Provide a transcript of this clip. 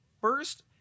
first